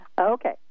Okay